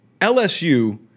LSU